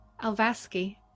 Alvaski